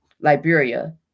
Liberia